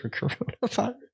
coronavirus